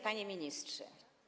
Panie Ministrze!